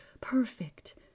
perfect